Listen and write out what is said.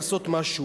לעשות משהו.